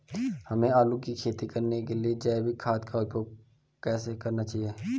हमें आलू की खेती करने के लिए जैविक खाद का उपयोग कैसे करना चाहिए?